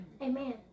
Amen